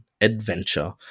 adventure